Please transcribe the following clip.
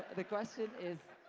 the question is,